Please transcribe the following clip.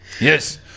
Yes